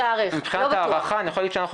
מבחינת ההערכה אני יכול להגיד שאנחנו